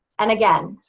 and again,